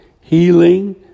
healing